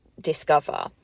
discover